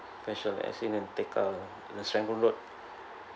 facial as in Tekka uh in Serangoon road